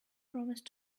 promised